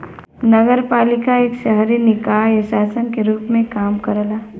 नगरपालिका एक शहरी निकाय शासन के रूप में काम करला